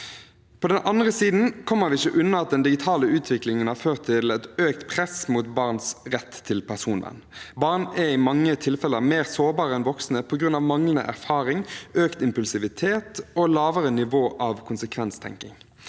På den andre siden kommer vi ikke unna at den digitale utviklingen har ført til et økt press mot barns rett til personvern. Barn er i mange tilfeller mer sårbare enn voksne på grunn av manglende erfaring, økt impulsivitet og lavere nivå av konsekvenstenkning.